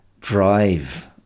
drive